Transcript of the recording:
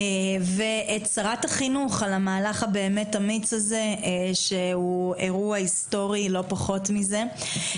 ואת שרת החינוך על המהלך האמיץ הזה שהוא אירוע היסטורי לא פחות מזה.